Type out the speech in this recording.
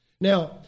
Now